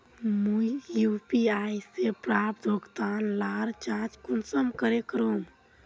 मुई यु.पी.आई से प्राप्त भुगतान लार जाँच कुंसम करे करूम?